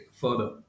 further